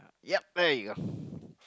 yep there you go